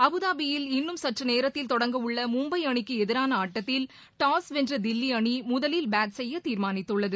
அபுதாபியில் இன்னும் சற்று நேரத்தில் தொடங்கவுள்ள மும்பை அணிக்கு எதிரான ஆட்டத்தில் டாஸ் வென்ற தில்லி அணி முதலில் பேட் செய்ய தீர்மானித்துள்ளது